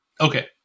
Okay